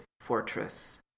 fortress